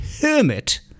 hermit